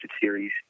series